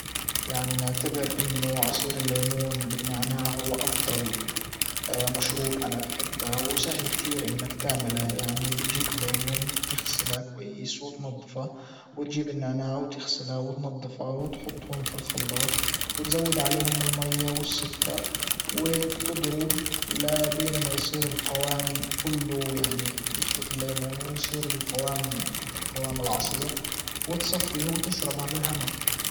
يعني نعتبر انه عصير الليمون بالنعناع هو افضل مشروب انا بحبه وسهل كتير انك تعمله يعني بتجيب الليمون بتغسلها كويس وتنضفها وتجيب النعناع وتغسلها وتنضفها وتحطهم في الخلاط وتزود عليهم الماية والسكر وبتضرب لبين ما يصير القوام كله يعني يختفي الليمون ويصير القوام متل قوام العصير وتصفيه وتشربه بالهنا